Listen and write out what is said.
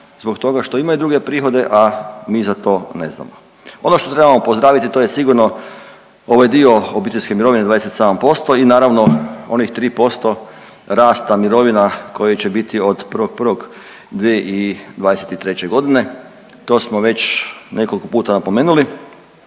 zbog toga što imaju druge prihode, a mi za to ne znamo. Ono što trebamo pozdraviti, to je sigurno ovaj dio obiteljske mirovine, 27% i naravno, onih 3% rasta mirovina koje će bit od 1.1.2023. g., to smo već nekoliko puta napomenuli,